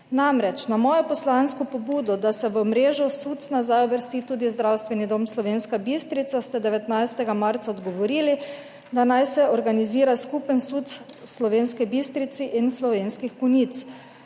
Namreč, na mojo poslansko pobudo, da se v mrežo SUC nazaj uvrsti tudi Zdravstveni dom Slovenska Bistrica ste 19. marca odgovorili, da naj se organizira skupen SUC Slovenske Bistrice in Slovenskih Konjic.